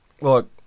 look